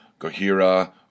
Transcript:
Gohira